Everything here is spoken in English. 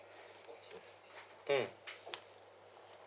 mm